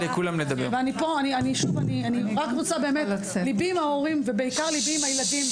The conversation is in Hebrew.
ליבי עם ההורים ובעיקר ליבי עם הילדים,